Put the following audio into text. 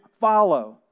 follow